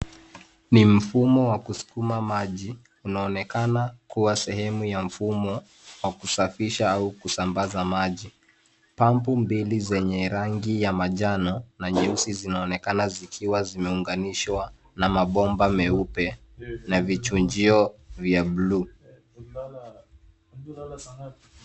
Ni mfumo wa kuskuma maji unaonekana kuwa sehemu ya mfumo wa kusafisha au kusambaza maji .Pampu mbili zenye rangi ya manjano na nyeusi zinaonekana zikiwa zimeunganishwa na mabomba meupe na vichunjio vya blue .